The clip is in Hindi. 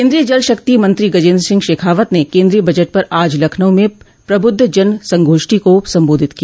केन्द्रीय जल शक्ति मंत्री गजेन्द्र सिंह शेखावत ने केन्द्रीय बजट पर आज लखनऊ में प्रबुद्ध जन संगोष्ठी को संबोधित किया